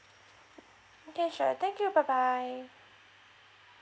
okay sure thank you bye bye